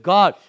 God